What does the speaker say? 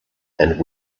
and